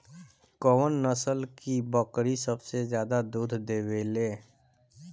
कौन नस्ल की बकरी सबसे ज्यादा दूध देवेले?